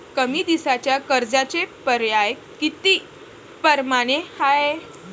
कमी दिसाच्या कर्जाचे पर्याय किती परमाने हाय?